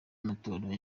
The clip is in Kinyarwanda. y’amatora